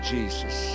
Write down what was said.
Jesus